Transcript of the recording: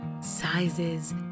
sizes